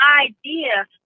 idea